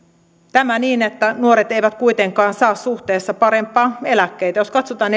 tämä niin että nuoret eivät kuitenkaan saa suhteessa parempia eläkkeitä jos katsotaan